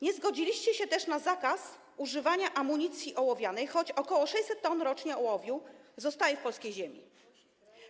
Nie zgodziliście się też na zakaz używania amunicji ołowianej, choć ok. 600 t ołowiu rocznie zostaje w polskiej ziemi.